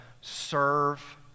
serve